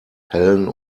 hellen